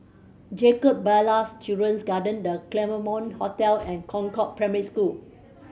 Jacob Ballas Children's Garden The Claremont Hotel and Concord Primary School